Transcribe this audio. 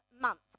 month